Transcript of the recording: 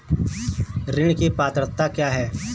ऋण की पात्रता क्या है?